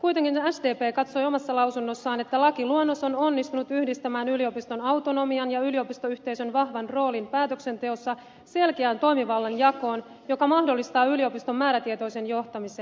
kuitenkin sdp katsoi omassa lausunnossaan että lakiluonnos on onnistunut yhdistämään yliopiston autonomian ja yliopistoyhteisön vahvan roolin päätöksenteossa selkeään toimivallan jakoon joka mahdollistaa yliopiston määrätietoisen johtamisen